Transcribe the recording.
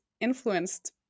influenced